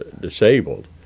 disabled